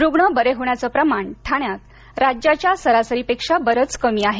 रुग्ण बरे होण्याचं प्रमाण ठाण्यात राज्याच्या सरासरीपेक्षा बरंच कमी आहे